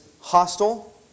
hostile